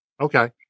okay